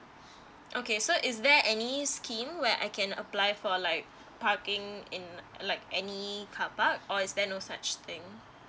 okay so is there any scheme where I can apply for like parking in like any carpark or is there no such thing